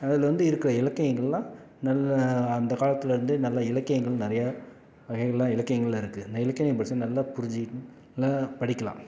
அதில் வந்து இருக்கிற இலக்கியங்கள்லாம் நல்ல அந்த காலத்திலேருந்தே நல்ல இலக்கியங்கள் நிறைய வகைகலாம் இலக்கியங்கள் இருக்குது இந்த இலக்கியங்களை படித்து நல்லா புரிஞ்சிக்கிட்டு நல்லா படிக்கலாம்